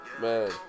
man